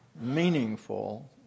meaningful